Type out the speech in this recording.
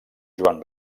joan